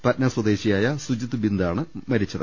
പട്ന സ്വദേശിയായ സുജിത് ബിന്ദ് ആണ് മരിച്ചത്